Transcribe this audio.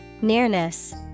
Nearness